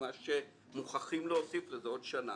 מה שצריך ומוכרחים להוסיף לזה עוד שנה.